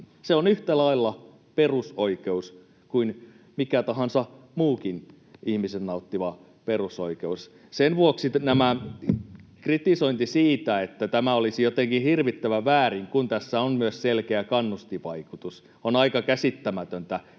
Se on yhtä lailla perusoikeus kuin mikä tahansa muukin ihmisen nauttima perusoikeus. Sen vuoksi tämä kritisointi siitä, että tämä olisi jotenkin hirvittävän väärin, kun tässä on myös selkeä kannustinvaikutus, on aika käsittämätöntä.